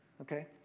okay